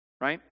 right